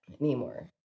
anymore